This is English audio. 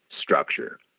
structure